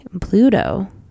Pluto